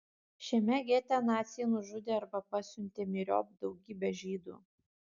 šiame gete naciai nužudė arba pasiuntė myriop daugybę žydų